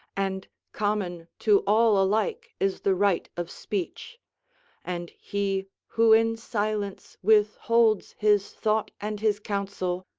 and common to all alike is the right of speech and he who in silence withholds his thought and his counsel,